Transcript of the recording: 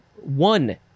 One